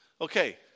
Okay